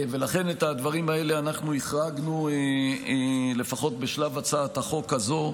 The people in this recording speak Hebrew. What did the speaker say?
לכן את הדברים האלה החרגנו מהתיקון לפחות בשלב הצעת החוק הזו.